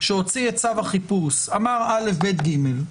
שהוציא את צו החיפוש אמר, אל"ף, בי"ת, גימ"ל,